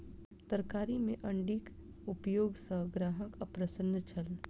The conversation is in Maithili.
तरकारी में अण्डीक उपयोग सॅ ग्राहक अप्रसन्न छल